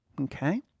Okay